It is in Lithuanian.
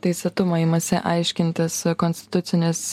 teisėtumą imasi aiškintis konstitucinis